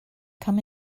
come